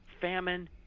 famine